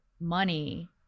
money